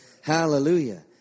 Hallelujah